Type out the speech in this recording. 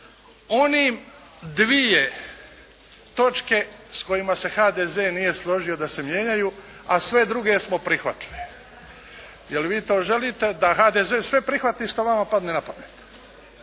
onim dvije točke s kojima se HDZ nije složio da se mijenjaju, a sve druge smo prihvatili. Je li vi to želite da HDZ sve prihvati što vama padne na pamet?